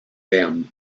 them